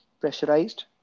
pressurized